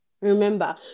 remember